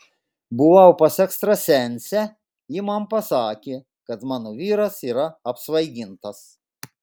buvau pas ekstrasensę ji man pasakė kad mano vyras yra apsvaigintas